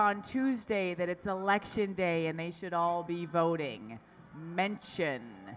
on tuesday that it's election day and they should all be voting meant